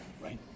right